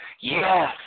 Yes